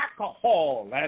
alcohol